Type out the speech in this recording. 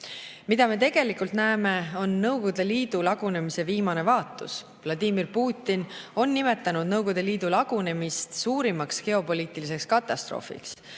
Mida me tegelikult näeme, on Nõukogude Liidu lagunemise viimane vaatus. Vladimir Putin on nimetanud Nõukogude Liidu lagunemist suurimaks geopoliitiliseks katastroofiks.